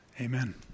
Amen